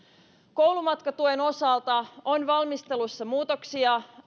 koulumatkatuen osalta on valmistelussa muutoksia